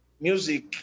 music